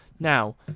Now